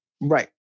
Right